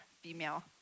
female